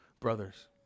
brothers